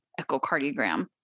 echocardiogram